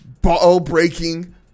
ball-breaking